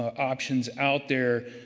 ah options out there.